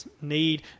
need